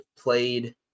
played